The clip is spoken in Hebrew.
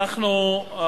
אנחנו,